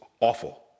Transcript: awful